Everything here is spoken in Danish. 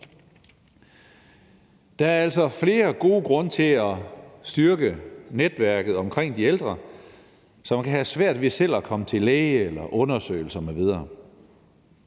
Der er altså flere gode grunde til at styrke netværket omkring de ældre, som kan have svært ved selv at komme til læge eller undersøgelser m.v.